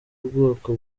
bwoko